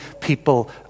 people